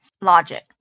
logic